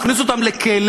להכניס אותם לכלא,